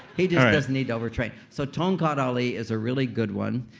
he just doesn't need to overtrain. so tongkat ali is a really good one.